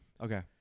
okay